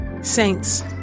Saints